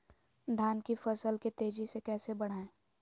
धान की फसल के तेजी से कैसे बढ़ाएं?